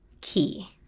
key